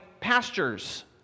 pastures